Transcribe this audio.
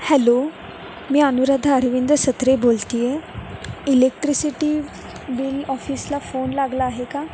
hello मी अनुराधा अरविंद सत्रे बोलते आहे इलेक्ट्रिसिटी बिल ऑफिसला फोन लागला आहे का